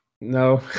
no